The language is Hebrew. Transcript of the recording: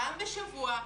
פעם בשבוע,